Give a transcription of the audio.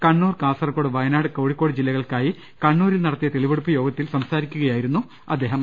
കണ്ണൂർ കാസർകോട് വയനാട് കോഴിക്കോട്ട് ജില്ലകൾക്കായി കണ്ണൂരിൽ നടത്തിയ തെളിവെടുപ്പ് യോഗത്തിൽ സംസാരിക്കുകയാ യിരുന്നു അദ്ദേഹം